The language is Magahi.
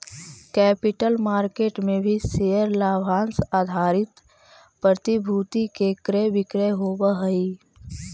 कैपिटल मार्केट में भी शेयर लाभांश आधारित प्रतिभूति के क्रय विक्रय होवऽ हई